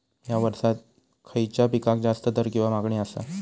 हया वर्सात खइच्या पिकाक जास्त दर किंवा मागणी आसा?